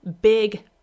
big